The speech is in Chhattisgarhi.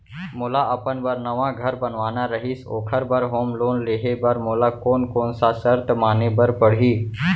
मोला अपन बर नवा घर बनवाना रहिस ओखर बर होम लोन लेहे बर मोला कोन कोन सा शर्त माने बर पड़ही?